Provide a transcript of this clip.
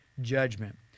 judgment